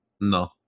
no